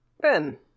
Ben